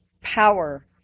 power